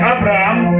Abraham